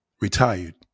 retired